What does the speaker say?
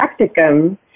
practicum